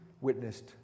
witnessed